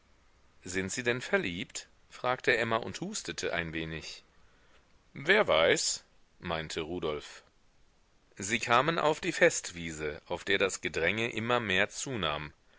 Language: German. sind sie denn verliebt fragte emma und hustete ein wenig wer weiß meinte rudolf sie kamen auf die festwiese auf der das gedränge immer mehr zunahm